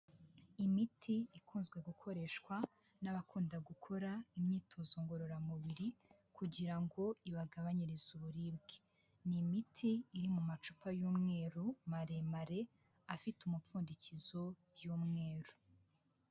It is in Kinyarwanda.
Imiti ikunzwe gukoreshwa n'abakunda gukora imyitozo ngororamubiri kugira ngo ibagabanyirize uburibwe, ni imiti iri mu macupa y'umweru maremare, afite umupfundikizo w'umweru.